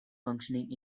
functioning